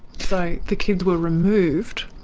so the kids were removed